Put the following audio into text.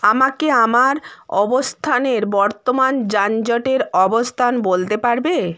আমাকে আমার অবস্থানের বর্তমান যানজটের অবস্থান বলতে পারবে